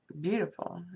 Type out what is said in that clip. beautiful